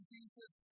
Jesus